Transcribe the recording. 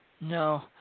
No